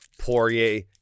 Poirier